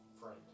Friend